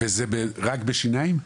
זה רק בשיניים?